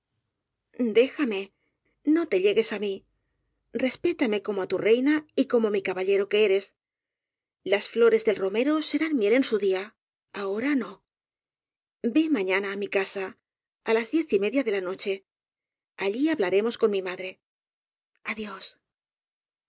déjame no te llegues á mí respétame como á tu reina y como mi caballero que eres las flores del romero serán miel en su día ahora no ve ma ñana á mi casa á las diez y media de la noche allí hablaremos con mi madre adiós